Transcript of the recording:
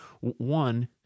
One